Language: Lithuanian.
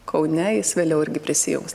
kaune jis vėliau irgi prisijungs